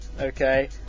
okay